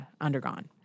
undergone